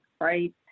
right